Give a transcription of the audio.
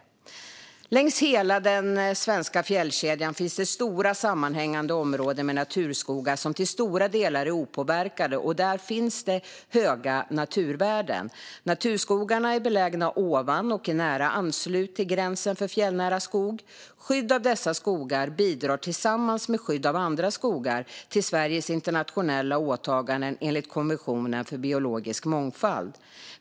Längs hela den svenska fjällkedjan finns det stora sammanhängande områden med naturskogar som till stora delar är opåverkade, och där finns det höga naturvärden. Naturskogarna är belägna ovan och i nära anslutning till gränsen för fjällnära skog. Skydd av dessa skogar bidrar tillsammans med skydd av andra skogar till Sveriges internationella åtaganden enligt konventionen för biologisk mångfald.